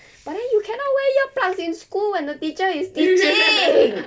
but then you cannot wear earplugs in school when the teacher is teaching